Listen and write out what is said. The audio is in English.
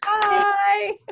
Bye